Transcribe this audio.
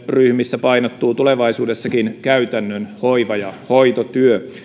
ryhmissä painottuu tulevaisuudessakin käytännön hoiva ja hoitotyö